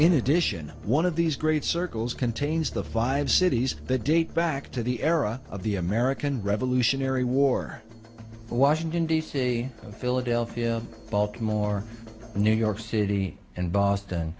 in addition one of these great circles contains the five cities that date back to the era of the american revolutionary war the washington d c philadelphia baltimore new york city and boston